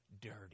dirty